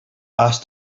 asked